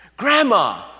Grandma